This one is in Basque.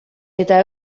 eta